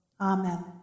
Amen